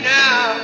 now